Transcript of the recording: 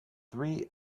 three